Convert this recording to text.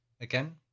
again